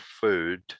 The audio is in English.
food